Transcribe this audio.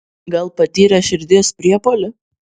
gal patyrė širdies priepuolį